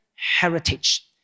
Heritage